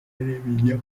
bijya